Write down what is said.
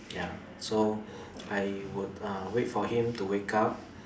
ya so I would uh wait for him to wake up